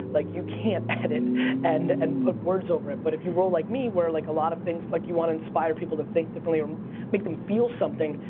like, you can't edit and and put words over it, but if you roll like me where like a lot of things, like you wanna inspire people to think differently or make them feel something,